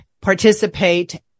participate